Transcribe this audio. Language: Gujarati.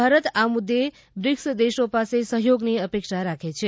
ભારત આ મુદ્દે બ્રિકસ દેશો પાસે સહયોગની અપેક્ષા રાખે છે